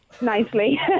nicely